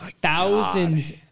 thousands